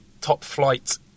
top-flight